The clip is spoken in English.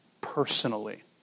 personally